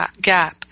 gap